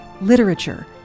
literature